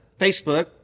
Facebook